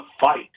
fight